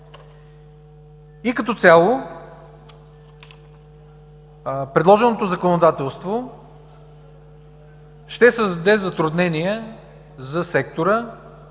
Като цяло предложеното законодателство ще създаде затруднения за сектора